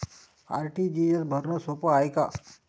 RTGS भरनं सोप हाय का?